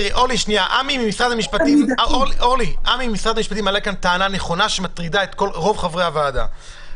עמי ממשרד המשפטים מעלה כאן טענה נכונה שמטרידה את רוב חברי הוועדה.